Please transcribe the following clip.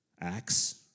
Acts